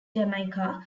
jamaica